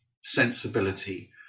sensibility